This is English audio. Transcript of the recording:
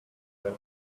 that